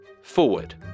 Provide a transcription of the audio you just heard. forward